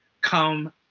come